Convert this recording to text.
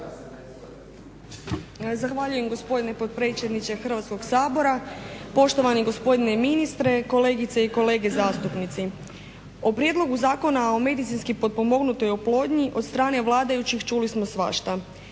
Zahvaljujem gospodine potpredsjedniče Hrvatskog sabora, poštovani gospodine ministre, kolegice i kolege zastupnici. O prijedlogu zakona o medicinski potpomognutoj oplodnji od strane vladajućih čuli smo svašta.